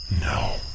No